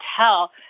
tell